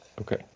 Okay